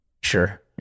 Sure